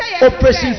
Oppression